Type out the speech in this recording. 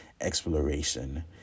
exploration